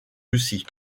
russie